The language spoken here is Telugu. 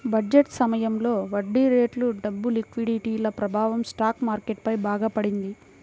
బడ్జెట్ సమయంలో వడ్డీరేట్లు, డబ్బు లిక్విడిటీల ప్రభావం స్టాక్ మార్కెట్ పై బాగా పడింది